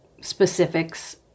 specifics